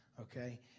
Okay